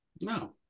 No